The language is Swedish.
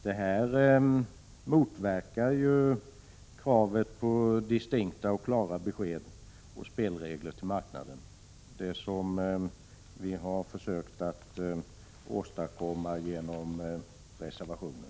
Detta motverkar ju kravet på distinkta och klara besked och spelregler för marknaden, som vi har försökt åstadkomma genom reservationen.